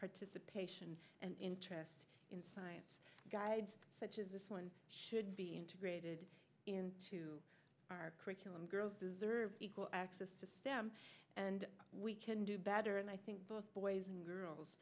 participation and interest in science guides such as this one should be integrated into our curriculum girls deserve equal access to stem and we can do better and i think both boys and girls